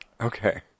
Okay